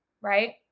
Right